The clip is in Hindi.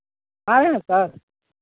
आए हैं सर